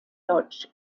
lodge